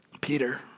Peter